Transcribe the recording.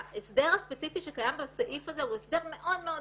ההסדר הספציפי שקיים בסעיף הזה הוא הסדר מאוד מאוד